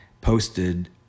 posted